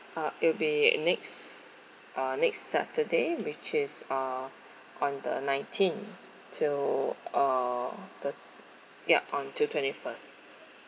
uh it'll be next uh next saturday which is uh on the nineteen to uh the ya until twenty-first